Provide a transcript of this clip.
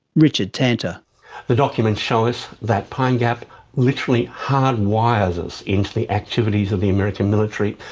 richard tanter the documents show us that pine gap literally hardwires us into the activities of the american military,